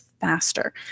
faster